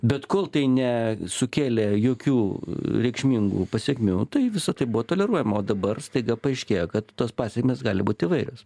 bet kol tai nesukėlė jokių reikšmingų pasekmių tai visa tai buvo toleruojama o dabar staiga paaiškėja kad tos pasekmės gali būt įvairios